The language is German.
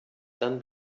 dann